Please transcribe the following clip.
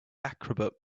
acrobat